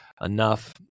enough